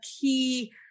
key